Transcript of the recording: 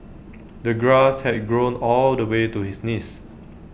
the grass had grown all the way to his knees